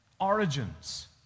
origins